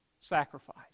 sacrifice